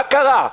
מה קרה?